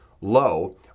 low